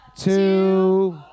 Two